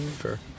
Sure